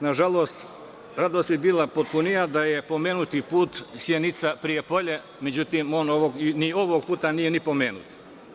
Nažalost, radost bi bila potpunija da je pomenuti put Sjenica-Prijepolje, međutim, on ni ovog puta nije pomenut.